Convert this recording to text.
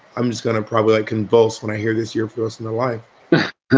i'm just gonna probably like convulse when i hear this your personal life.